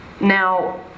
Now